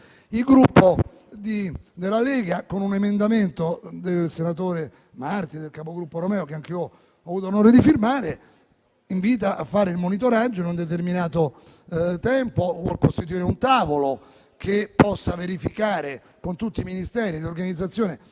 Il Gruppo Lega con un emendamento del senatore Marti e del capogruppo Romeo, che ho avuto anch'io l'onore di firmare, invita a fare il monitoraggio in un determinato tempo o a costituire un tavolo che possa verificare con tutti i Ministeri e l'organizzazione